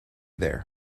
there